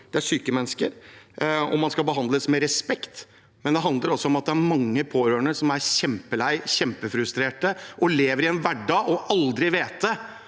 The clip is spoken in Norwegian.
Dette er syke mennesker, og de skal behandles med respekt. Men det handler også om at det er mange pårørende som er kjempelei, kjempefrustrerte og lever i en hverdag hvor de aldri vet hva